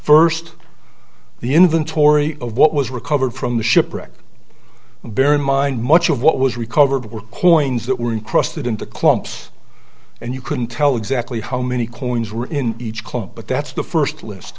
first the inventory of what was recovered from the shipwreck bear in mind much of what was recovered were coins that were in crossed into clumps and you couldn't tell exactly how many coins were in each clump but that's the first list